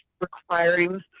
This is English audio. requiring